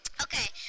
Okay